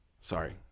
sorry